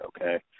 okay